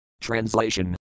Translation